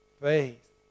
faith